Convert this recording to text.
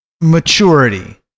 maturity